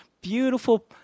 beautiful